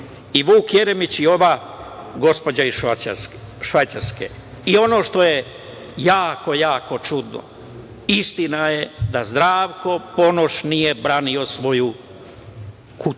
i Vuk Jeremić i ova gospođa iz Švajcarske? Ono što je jako, jako čudno, istina, je da Zdravko Ponoš nije branio svoju kuću,